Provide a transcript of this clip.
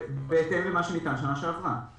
בהתאם למה שניתן שנה שעברה.